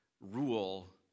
rule